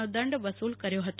નો દંડ વસ્ લ કર્યો હ્તો